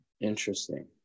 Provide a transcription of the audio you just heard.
Interesting